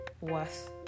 worth